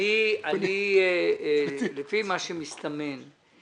לפי מה שמסתמן,